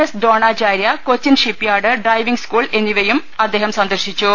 S Dronacharya Cochin shipyard diving school എന്നിവിടങ്ങളും അദ്ദേഹം സന്ദർശിച്ചു